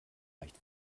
leicht